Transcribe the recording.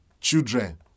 children